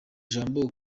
jambo